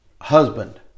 husband